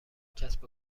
کسب